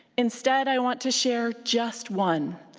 instead i want to share just one.